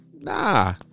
Nah